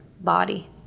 body